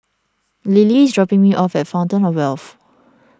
Lily is dropping me off at Fountain of Wealth